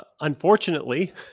Unfortunately